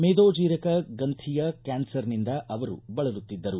ಮೇದೊಜೀರಕ ಗಂಥಿಯ ಕ್ಯಾನ್ಸರ್ನಿಂದ ಅವರು ಬಳಲುತ್ತಿದ್ದರು